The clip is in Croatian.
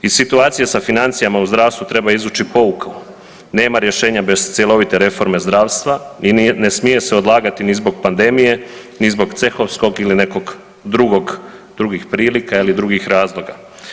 Iz situacija sa financijama u zdravstvu treba izvući pouku, nema rješenja bez cjelovite reforme zdravstva i ne smije se odlagati ni zbog pandemije ni zbog cehovskog ili nekog drugog, drugih prilika ili drugih razloga.